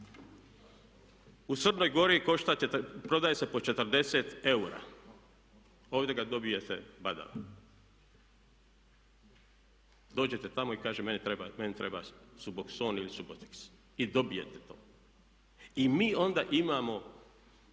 U Crnoj Gori košta, prodaje se po 40 eura. Ovdje ga dobijete badava. Dođete tamo i kažete meni treba subokson ili suboteks i dobijete to i mi onda imamo